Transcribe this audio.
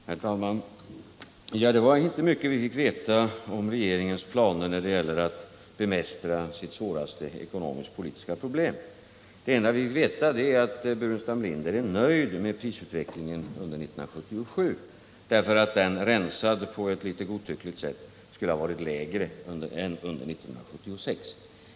Herr talman! Det var inte mycket vi fick veta om regeringens planer när det gäller att bemästra dess svåraste ekonomisk-politiska problem. Det enda vi fick reda på var att Staffan Burenstam Linder är nöjd med prisutvecklingen under 1977 därför att den, rensad på ett litet godtyckligt sätt, skulle ha varit lägre än den under 1976.